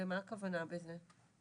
למה הכוונה בזה?